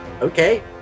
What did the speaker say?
Okay